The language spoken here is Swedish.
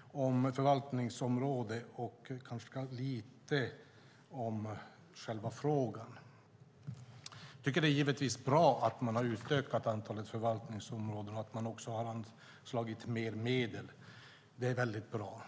om förvaltningsområde och ganska lite om själva frågan. Det är givetvis bra att man har utökat antalet förvaltningsområden och att man också har anslagit mer medel. Det är väldigt bra.